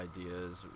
ideas